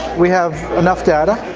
we have enough data.